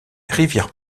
rivière